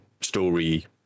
story